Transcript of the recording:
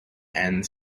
and